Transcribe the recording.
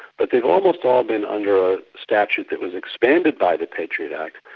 but they've almost all been under a statute that was expanded by the patriot act,